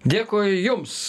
dėkui jums